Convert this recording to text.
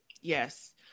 Yes